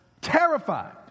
terrified